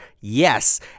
yes